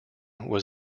was